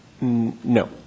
No